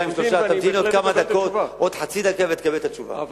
אני אמתין ואני בהחלט אקבל את התשובה.